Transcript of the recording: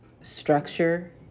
structure